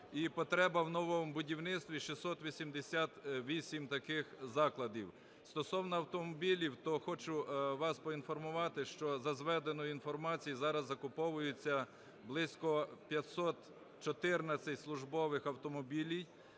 і потреба у новому будівництві – 688 таких закладів. Стосовно автомобілів, то хочу вас поінформувати, що, за зведеною інформацією, зараз закуповуються близько 514 службових автомобілів